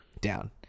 down